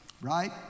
Right